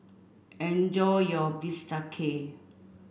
enjoy your Bistake